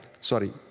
Sorry